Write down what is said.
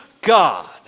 God